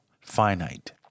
finite